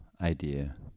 idea